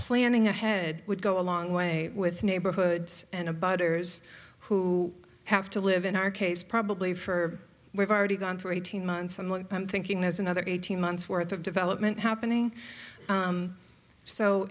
planning ahead would go a long way with neighborhoods and a buggers who have to live in our case probably for we've already gone for eighteen months and what i'm thinking there's another eighteen months worth of development happening